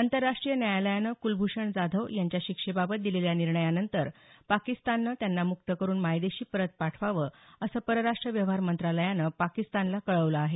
आंतरराष्ट्रीय न्यायालयानं कुलभूषण जाधव यांच्या शिक्षेबाबत दिलेल्या निर्णयानंतर पाकिस्ताननं त्यांना मुक्त करून मायदेशी परत पाठवावं असं परराष्ट व्यवहार मंत्रालयानं पाकिस्तानला कळवलं आहे